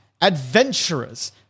adventurers